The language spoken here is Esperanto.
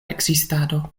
ekzistado